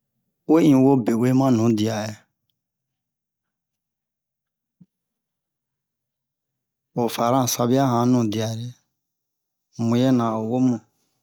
u'e in wo be'ue ma nu dia-ɛ o fanna sabia han nu dia-ɛ muyɛna o wobun